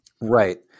Right